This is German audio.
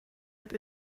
app